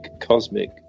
cosmic